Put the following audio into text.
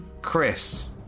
Chris